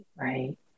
right